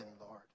Lord